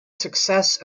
success